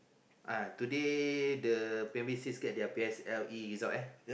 uh today the primary six get their P_S_L_E result eh